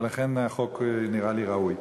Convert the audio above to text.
ולכן החוק נראה לי ראוי.